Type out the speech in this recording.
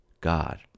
God